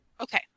Okay